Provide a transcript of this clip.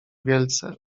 wielce